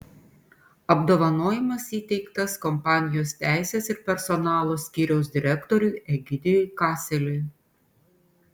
apdovanojimas įteiktas kompanijos teisės ir personalo skyriaus direktoriui egidijui kaseliui